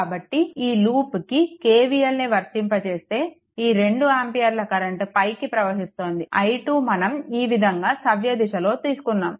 కాబట్టి ఈ లూప్కి KVL ని వర్తింపచేస్తే ఈ 2 ఆంపియర్ల కరెంట్ పైకి ప్రవహిస్తోంది i2 మనం ఈ విధంగా సవ్య దిశలో తీసుకున్నాము